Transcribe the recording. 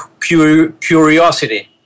curiosity